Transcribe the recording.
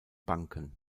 banken